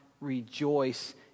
rejoice